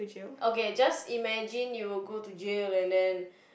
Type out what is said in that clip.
okay just imagine you go to jail and then